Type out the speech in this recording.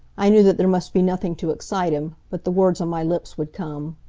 i knew that there must be nothing to excite him. but the words on my lips would come.